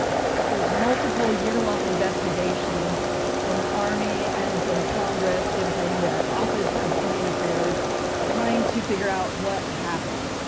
there's multiple yearlong investigations from the army and from congress, and from the office of indian affairs trying to figure out what happened.